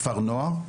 לכפר נוער.